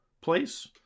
place